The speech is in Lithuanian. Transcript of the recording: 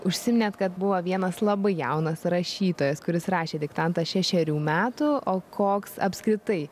užsiminėte kad buvo vienas labai jaunas rašytojas kuris rašė diktantą šešerių metų o koks apskritai